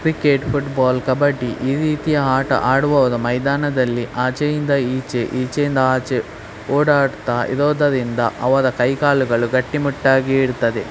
cricket football kabaddi ಈ ರೀತಿಯ ಆಟ ಆಡುವಾಗ ಮೈದಾನದಲ್ಲಿ ಆಚೆಯಿಂದ ಈಚೆ ಈಚೆಯಿಂದ ಆಚೆ ಓಡಾಡ್ತಾ ಇರೋದರಿಂದ ಅವರ ಕೈ ಕಾಲುಗಳು ಗಟ್ಟಿಮುಟ್ಟಾಗಿ ಇರ್ತದೆ